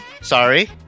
sorry